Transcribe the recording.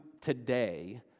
today